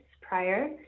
prior